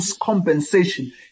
compensation